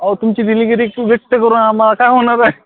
अओ तुमची दिलगिरी व्यक्त करून आम्हाला काय होणार आहे